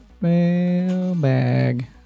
Mailbag